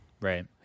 Right